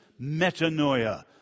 metanoia